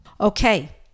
Okay